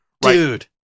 Dude